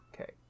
Okay